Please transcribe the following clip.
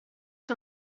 que